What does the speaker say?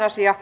asia